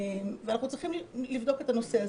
ואנחנו צריכים לבדוק את הנושא.